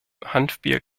hanfbier